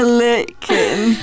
licking